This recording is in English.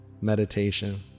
meditation